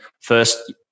First